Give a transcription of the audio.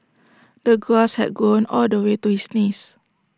the grass had grown all the way to his knees